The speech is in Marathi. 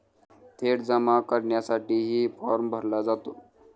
थेट जमा करण्यासाठीही फॉर्म भरला जातो